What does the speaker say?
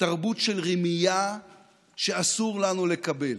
תרבות של רמייה שאסור לנו לקבל.